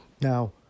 Now